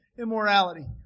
immorality